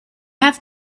have